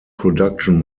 production